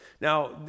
Now